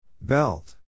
Belt